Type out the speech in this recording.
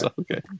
Okay